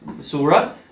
surah